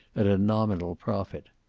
at a nominal profit.